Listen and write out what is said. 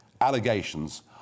allegations